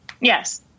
Yes